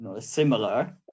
similar